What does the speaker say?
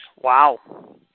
Wow